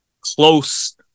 close